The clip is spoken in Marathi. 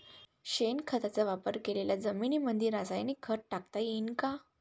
शेणखताचा वापर केलेल्या जमीनीमंदी रासायनिक खत टाकता येईन का?